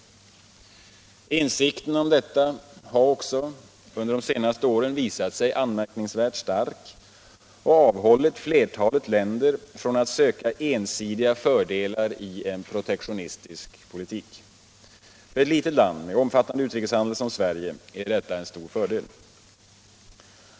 Insikten om detta har också under de senaste åren visat sig anmärkningsvärt stark och avhållit flertalet länder från att söka ensidiga fördelar i en protektionistisk politik. För ett litet land som Sverige är detta en stor fördel.